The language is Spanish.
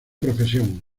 profesión